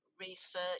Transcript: research